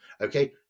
Okay